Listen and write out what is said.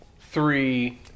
three